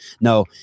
No